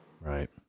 Right